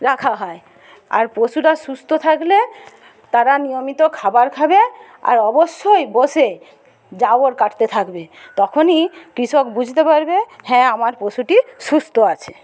রাখা হয় আর পশুরা সুস্থ থাকলে তারা নিয়মিত খাবার খাবে আর অবশ্যই বসে জাবর কাটতে থাকবে তখনই কৃষক বুঝতে পারবে হ্যাঁ আমার পশুটি সুস্থ আছে